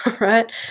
right